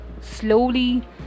slowly